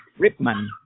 Ripman